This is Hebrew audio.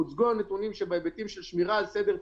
שהוצגו הנתונים בהיבטים של שמירה על סדר ציבורי,